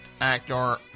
Actor